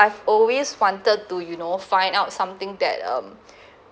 I've always wanted to you know find out something that um